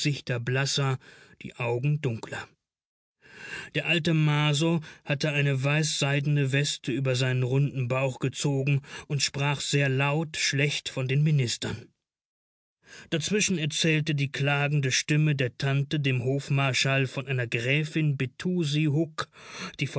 blasser die augen dunkler der alte marsow hatte eine weißseidene weste über seinen runden bauch gezogen und sprach sehr laut schlecht von den ministern dazwischen erzählte die klagende stimme der tante dem hofmarschall von einer gräfin